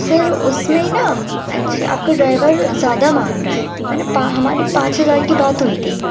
سر اس میں نہ ایکچولی آپ کا ڈرائیور زیادہ مانگ رہا ہے میں نے ہماری پانچ ہزار کی بات ہوئی تھی